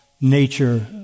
nature